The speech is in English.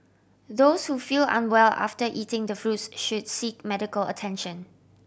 those who feel unwell after eating the fruits should seek medical attention